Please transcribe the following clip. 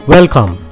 Welcome